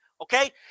Okay